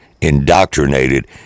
indoctrinated